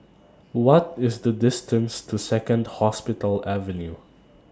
What IS The distance to Second Hospital Avenue